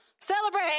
Celebrate